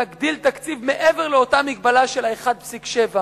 להגדיל תקציב מעבר לאותה מגבלה של ה-1.7%.